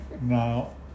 Now